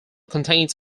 contains